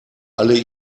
alle